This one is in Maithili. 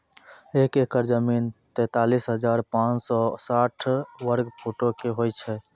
एक एकड़ जमीन, तैंतालीस हजार पांच सौ साठ वर्ग फुटो के होय छै